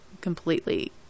completely